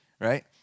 right